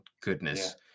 goodness